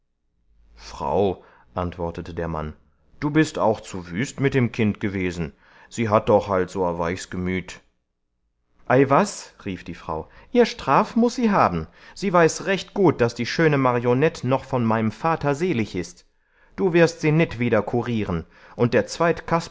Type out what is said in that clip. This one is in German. frau antwortete der mann du bist auch zu wüst mit dem kind gewesen sie hat doch halt so a weichs gemüt ei was rief die frau ihr straf muß sie hab'n sie weiß recht gut daß die schöne marionett noch von mei'm vater selig ist du wirst sie nit wieder kurieren und der